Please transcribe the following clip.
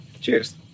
Cheers